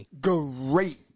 great